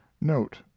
Note